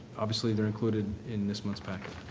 obviously, they're included in this month's packet.